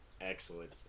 Excellent